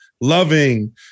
loving